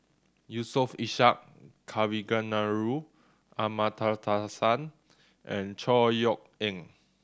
Yusof Ishak Kavignareru Amallathasan and Chor Yeok Eng